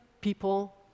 people